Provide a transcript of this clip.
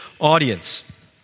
audience